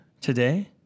today